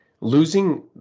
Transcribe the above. losing